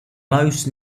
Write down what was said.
most